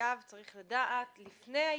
שהחייב צריך לדעת לפני העיקול.